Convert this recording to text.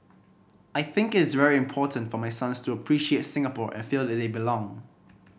I think is very important for my sons to appreciate Singapore and feel that they belong